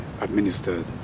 administered